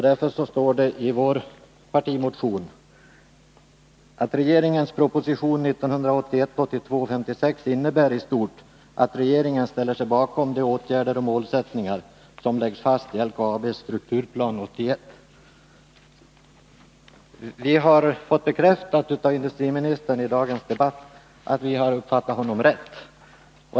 Därför står det i vår partimotion: ”Regeringens proposition 1981/82:56 innebär i stort att Kapitaltillskott regeringen ställer sig bakom de åtgärder och målsättningar som läggs fast i LKAB:s Strukturplan 81.” Vi har i dagens debatt fått det bekräftat av industriministern att vi har uppfattat honom rätt.